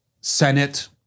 Senate